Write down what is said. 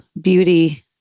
Beauty